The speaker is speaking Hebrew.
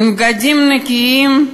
עם בגדים נקיים,